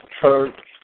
church